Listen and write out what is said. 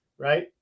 right